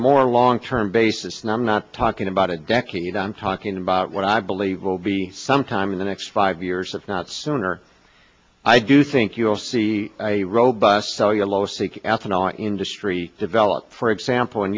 more long term basis and i'm not talking about a decade i'm talking about what i believe will be sometime in the next five years if not sooner i do think you'll see a robust cellulosic ethanol industry developed for example in